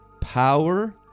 Power